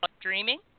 dreaming